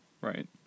right